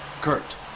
Kurt